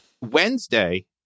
Wednesday